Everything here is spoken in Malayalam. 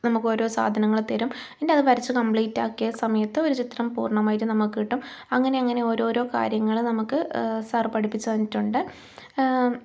നമുക്ക് ഓരോ സാധനങ്ങൾ തരും പിന്നെ അത് വരച്ചു കംപ്ലീറ്റ് ആക്കിയ സമയത്ത് ഒരു ചിത്രം പൂർണമായിട്ട് നമുക്ക് കിട്ടും അങ്ങനെ അങ്ങനെ ഓരോരോ കാര്യങ്ങൾ നമുക്ക് സർ പഠിപ്പിച്ച് തന്നിട്ടുണ്ട്